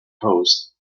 host